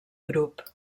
grup